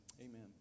amen